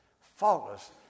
faultless